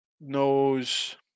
knows